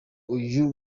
uyu